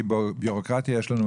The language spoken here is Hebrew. כי בירוקרטיה יש לנו מספיק.